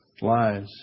lies